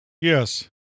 Yes